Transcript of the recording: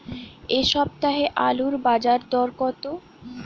এ সপ্তাহে আলুর বাজার দর কত?